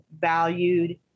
valued